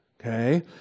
Okay